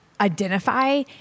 identify